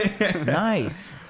nice